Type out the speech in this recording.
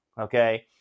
Okay